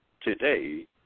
today